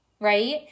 right